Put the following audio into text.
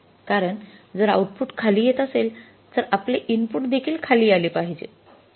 कारण जर आउटपुट खाली येत असेल तर आपले इनपुट देखील खाली आले पाहिजे